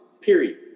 period